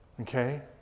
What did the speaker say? Okay